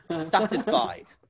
Satisfied